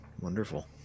Wonderful